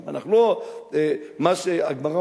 או (אומר דברים בשפה הרוסית) חינם.